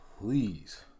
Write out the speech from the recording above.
please